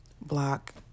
block